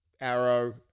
Arrow